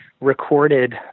recorded